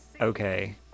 Okay